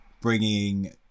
bringing